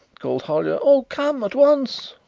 called hollyer, oh, come at once.